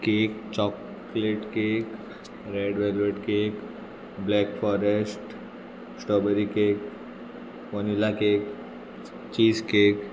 cake chocolate cake red velvet cake black forest strawberry cake vanilla cake cheese cake